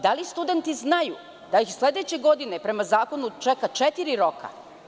Da li studenti znaju da ih sledeće godine prema zakonu čeka četiri roka?